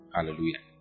Hallelujah